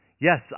Yes